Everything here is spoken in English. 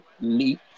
meet